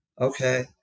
Okay